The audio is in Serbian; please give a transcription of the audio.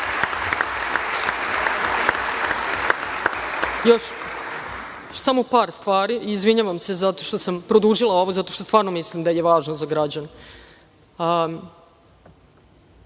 samo par stvari. Izvinjavam se zato što sam produžila ovo, zato što stvarno mislim da je važno za građane. Htela